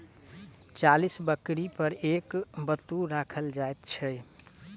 चालीस बकरी पर एक बत्तू राखल जाइत छै